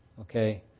Okay